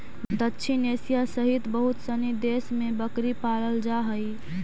दक्षिण एशिया सहित बहुत सनी देश में बकरी पालल जा हइ